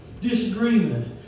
disagreement